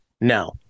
No